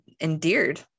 endeared